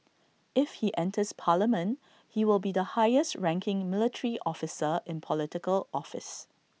if he enters parliament he will be the highest ranking military officer in Political office